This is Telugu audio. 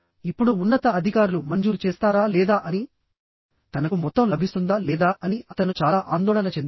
ఇప్పుడు ఉన్నత అధికారులు మంజూరు చేస్తారా లేదా అని తనకు మొత్తం లభిస్తుందా లేదా అని అతను చాలా ఆందోళన చెందాడు